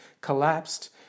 collapsed